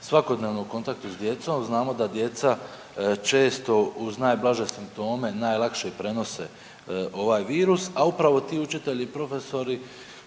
svakodnevno u kontaktu s djecom. Znamo da djeca često uz najblaže simptome najlakše i prenose ovaj virus, a upravo ti učitelji i profesori